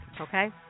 okay